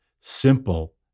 simple